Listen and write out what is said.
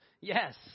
Yes